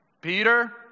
Peter